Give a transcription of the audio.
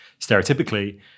stereotypically